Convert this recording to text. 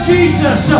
Jesus